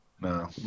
No